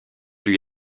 lui